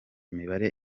imibare